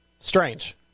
Strange